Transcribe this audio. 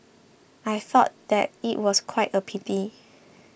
I thought that it was quite a pity